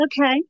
Okay